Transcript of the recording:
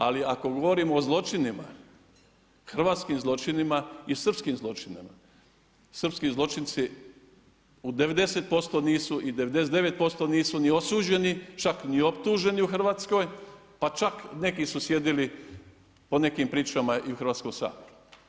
Ali ako govorimo o zločinima, hrvatskim zločinima i srpskim zločinima, srpski zločinci u 90% nisu i 99% nisu ni osuđeni čak ni optuženi u Hrvatskoj, pa čak neki su sjedili po nekim pričama i u Hrvatskom saboru.